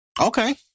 Okay